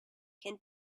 can